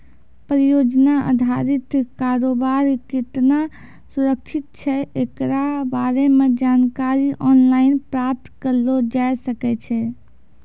परियोजना अधारित कारोबार केतना सुरक्षित छै एकरा बारे मे जानकारी आनलाइन प्राप्त करलो जाय सकै छै